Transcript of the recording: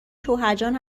شوهرجان